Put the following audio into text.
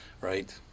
right